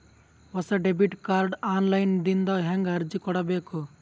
ಹೊಸ debit card online ದಿಂದ ಹೇಂಗ ಅರ್ಜಿ ಕೊಡಬೇಕು?